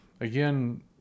again